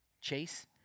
Chase